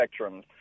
spectrums